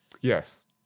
Yes